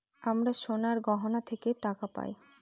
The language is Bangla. আমরা সোনার গহনা থেকে টাকা পায়